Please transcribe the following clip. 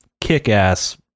kick-ass